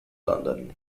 london